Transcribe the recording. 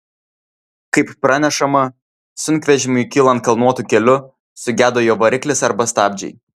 kaip pranešama sunkvežimiui kylant kalnuotu keliu sugedo jo variklis arba stabdžiai